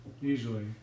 Usually